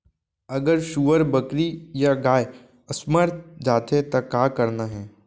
अगर सुअर, बकरी या गाय असमर्थ जाथे ता का करना हे?